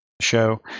show